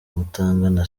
mutangana